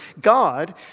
God